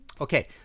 okay